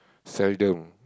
seldom